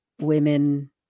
women